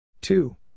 Two